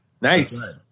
nice